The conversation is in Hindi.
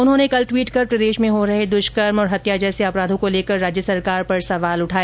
उन्होंने कल ट्वीट कर प्रदेश में हो रहे दुष्कर्म और हत्या जैसे अपराधों को लेकर राज्य सरकार पर सवाल उठाए